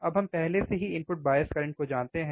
अब हम पहले से ही इनपुट बायस करंट को जानते हैं